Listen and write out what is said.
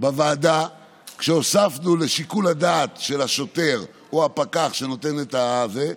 בוועדה כשהוספנו לשיקול הדעת של השוטר או הפקח שנותן את הדוח,